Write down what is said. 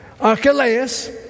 Archelaus